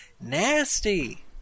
nasty